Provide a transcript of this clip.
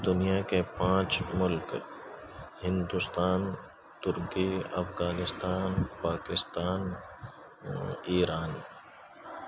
دنیا کے پانچ ملک ہندوستنان ترکی افغانستان پاکستان ایران